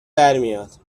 برمیاد